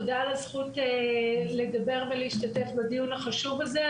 תודה על הזכות לדבר ולהשתתף בדיון החשוב הזה.